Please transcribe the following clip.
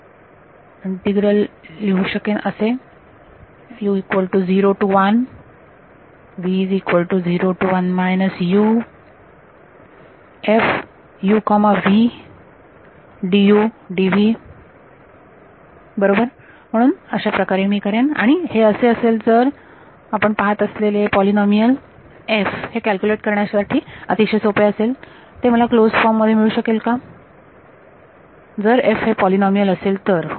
तर हे इंटिग्रल मी लिहू शकेन असे बरोबर म्हणून अशाप्रकारे मी करेन आणि हे असे असेल जर आपण पहात असलेले पोलीनोमियल f हे कॅल्क्युलेट करण्यासाठी अतिशय सोपे असेल ते मला क्लोज फॉर्म मध्ये मिळू शकेल का का जर f हे पोलीनोमियल असेल तर होय